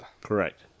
Correct